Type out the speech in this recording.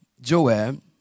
Joab